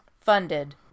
funded